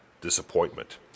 disappointment